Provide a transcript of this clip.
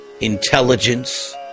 intelligence